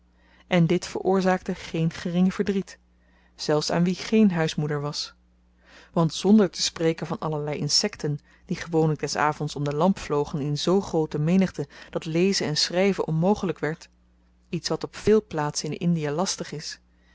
en dit veroorzaakte geen gering verdriet zelfs aan wie geen huismoeder was want zonder te spreken van allerlei insekten die gewoonlyk des avends om de lamp vlogen in zoo groote menigte dat lezen en schryven onmogelyk werd iets wat op véél plaatsen in indie lastig is hielden